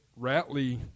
Ratley